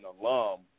alum